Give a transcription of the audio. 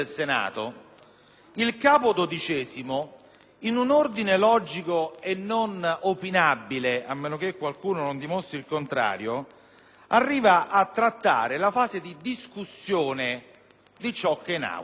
il Capo XII, in un ordine logico e non opinabile - a meno che qualcuno non dimostri il contrario -, arrivi a trattare la fase di discussione di ciò che è in Aula.